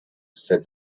said